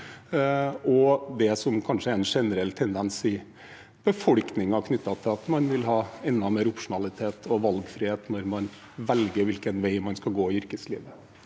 og det som kanskje er en generell tendens i befolkningen knyttet til at man vil ha enda mer opsjonalitet og valgfrihet når man velger hvilken vei man skal gå i yrkeslivet.